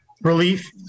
relief